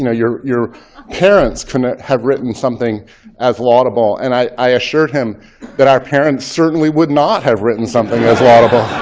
and your your parents couldn't have written something as laudable. and i assured him that our parents certainly would not have written something as laudable.